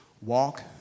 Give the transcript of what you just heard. Walk